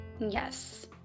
Yes